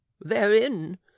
therein